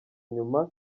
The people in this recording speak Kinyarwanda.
nyuma